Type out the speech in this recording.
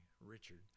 Richard